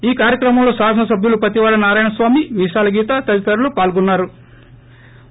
ఈ కార్యక్రమంలో శాసన సభ్యులు పతివాడ నారాయణ స్వామి మీసాల గీత తదితరులు పాల్గొన్నా రు